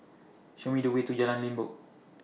Show Me The Way to Jalan Limbok